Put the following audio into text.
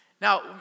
Now